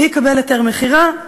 מי יקבל היתר מכירה?